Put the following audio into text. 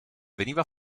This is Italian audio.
veniva